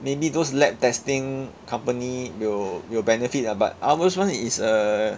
maybe those lab testing company will will benefit ah but ours one is uh